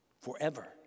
forever